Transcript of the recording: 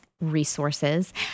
resources